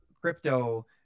crypto